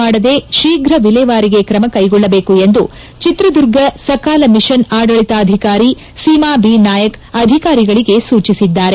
ಮಾಡದೇ ಶೀಘ ವಿಲೇವಾರಿಗೆ ಕ್ರಮಕ್ಟೆಗೊಳ್ಳದೇಕು ಎಂದು ಚಿತ್ರದುರ್ಗ ಸಕಾಲ ಮಿಷನ್ ಆಡಳಿತಾಧಿಕಾರಿ ಸೀಮಾ ಬಿ ನಾಯಕ್ ಅಧಿಕಾರಿಗಳಿಗೆ ಸೂಚಿಸಿದ್ದಾರೆ